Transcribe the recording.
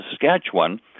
Saskatchewan